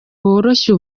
woroshya